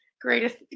greatest